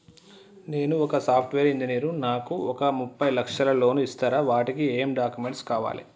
నేను ఒక software engineer నాకు ఒక ముప్పై లక్షల లోన్ ఇస్తరా? వాటికి ఏం డాక్యుమెంట్స్ కావాలి?